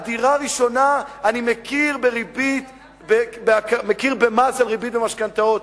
דירה ראשונה אני מכיר במס על ריבית במשכנתאות,